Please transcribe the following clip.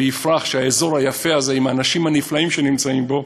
ויפרח האזור היפה הזה עם האנשים הנפלאים שנמצאים בו.